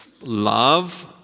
love